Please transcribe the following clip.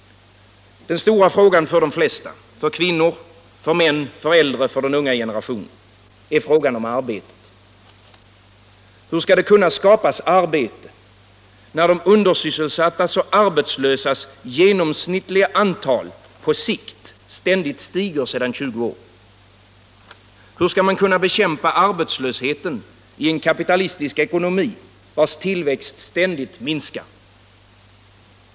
Den stora frågan för de flesta — för kvinnor, för män, för äldre, för den unga generationen — är frågan om arbete. Hur skall det kunna skapas arbete när de undersysselsattas och arbetslösas genomsnittliga antal på sikt ständigt stiger sedan 20 år? Hur skall man kunna bekämpa arbetslösheten i en kapitalistisk ekonomi, vars tillväxt ständigt minskar?